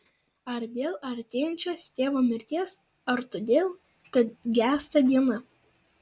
ar dėl artėjančios tėvo mirties ar todėl kad gęsta diena